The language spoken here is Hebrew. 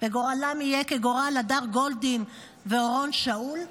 וגורלם יהיה כגורל הדר גולדין ואורון שאול,